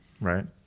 right